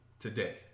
today